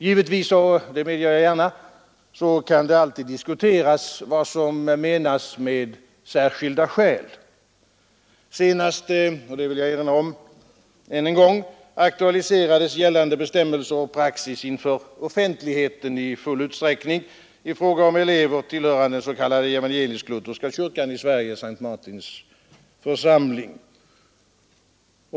Givetvis — och det medger jag gärna — kan det alltid diskuteras vad som menas med särskilda skäl. Jag vill än en gång erinra om att detta senast aktualiserades i full utsträckning inför offentligheten i fråga om elever tillhörande den s.k. evangelisk-lutherska kyrkan i Sverige, S:t Martins församling.